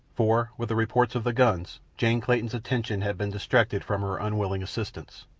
for with the reports of the guns jane clayton's attention had been distracted from her unwilling assistants,